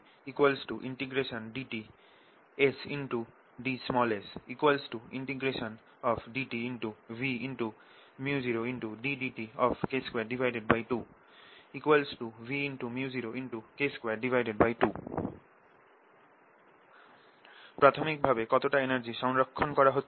Total energy dtSds dtVµ0ddtK22 Vµ0K22 প্রাথমিকভাবে কতটা energy সংরক্ষণ করা হয়েছিল